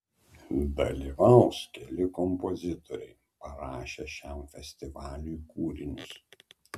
dalyvaus keli kompozitoriai parašę šiam festivaliui kūrinius